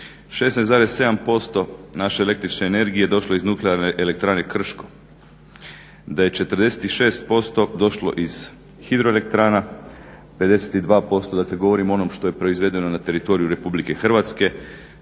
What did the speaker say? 16,7% naše električne energije došlo iz NE Krško, da je 46% došlo ih hidroelektrana, 52% dakle govorim o onom što je proizvedeno na teritoriju Republike Hrvatske,